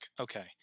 okay